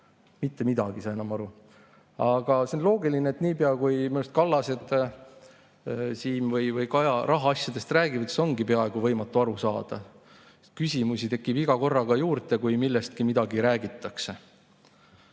Mitte midagi ei saa enam aru. Aga see on loogiline, et niipea, kui Kallased – Siim või Kaja – rahaasjadest räägivad, siis ongi peaaegu võimatu aru saada. Küsimusi tekib iga korraga juurde, kui millestki midagi räägitakse. Juttu